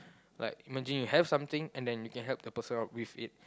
like imagine you have something and then you can help the person out with it